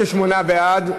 28 בעד,